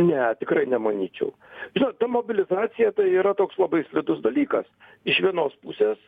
ne tikrai nemanyčiau žinot ta mobilizacija tai yra toks labai slidus dalykas iš vienos pusės